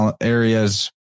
areas